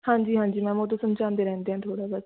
ਹਾਂਜੀ ਹਾਂਜੀ ਮੈਮ ਉਹ ਤਾਂ ਸਮਝਾਂਦੇ ਰਹਿੰਦੇ ਹਾਂ ਥੋੜ੍ਹਾ ਜਾ